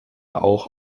auch